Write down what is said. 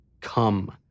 Come